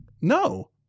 no